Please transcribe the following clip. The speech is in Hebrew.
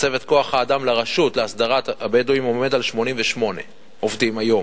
מצבת כוח-האדם לרשות להסדרת הבדואים עומדת על 88 עובדים היום.